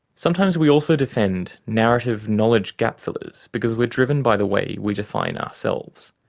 sometimes, we also defend narrative knowledge-gap-fillers because we're driven by the way we define ourselves.